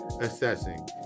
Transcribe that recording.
assessing